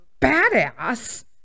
badass